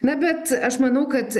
na bet aš manau kad